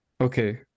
okay